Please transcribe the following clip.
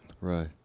Right